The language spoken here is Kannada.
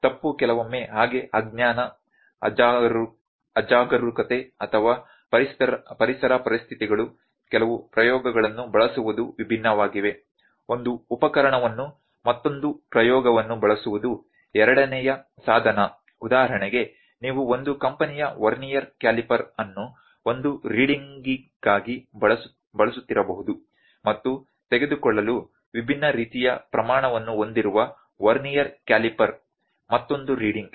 ತಪ್ಪು ಕೆಲವೊಮ್ಮೆ ಹಾಗೆ ಅಜ್ಞಾನ ಅಜಾಗರೂಕತೆ ಅಥವಾ ಪರಿಸರ ಪರಿಸ್ಥಿತಿಗಳು ಕೆಲವು ಪ್ರಯೋಗಗಳನ್ನು ಬಳಸುವುದು ವಿಭಿನ್ನವಾಗಿವೆ ಒಂದು ಉಪಕರಣವನ್ನು ಮತ್ತೊಂದು ಪ್ರಯೋಗವನ್ನು ಬಳಸುವುದು ಎರಡನೆಯ ಸಾಧನ ಉದಾಹರಣೆಗೆ ನೀವು ಒಂದು ಕಂಪನಿಯ ವರ್ನಿಯರ್ ಕ್ಯಾಲಿಪರ್ ಅನ್ನು ಒಂದು ರೀಡಿಂಗ್ ಗಾಗಿ ಬಳಸುತ್ತಿರಬಹುದು ಮತ್ತು ತೆಗೆದುಕೊಳ್ಳಲು ವಿಭಿನ್ನ ರೀತಿಯ ಪ್ರಮಾಣವನ್ನು ಹೊಂದಿರುವ ವರ್ನಿಯರ್ ಕ್ಯಾಲಿಪರ್ ಮತ್ತೊಂದು ರೀಡಿಂಗ್